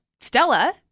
Stella